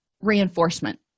reinforcement